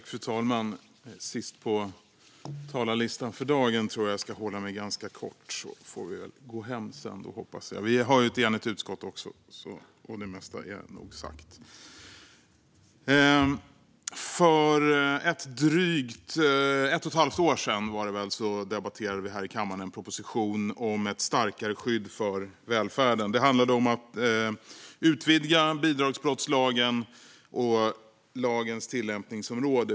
Fru talman! Som sista talare för dagen ska jag hålla mig ganska kort så att vi kan gå hem sedan. Utskottet är ju enigt, och det mesta är nog sagt. För drygt ett och ett halvt år sedan debatterade vi här i kammaren en proposition om ett starkare skydd för välfärden. Det handlade om att utvidga bidragsbrottslagen och lagens tillämpningsområde.